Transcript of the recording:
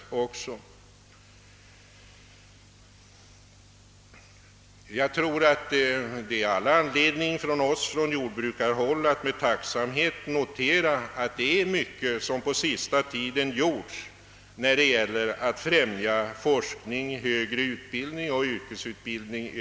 Från jordbrukarhåll har vi all anledning att med tacksamhet notera att mycket på den senaste tiden har gjorts för att främja forskning, högre utbildning och yrkesutbildning.